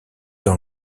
dans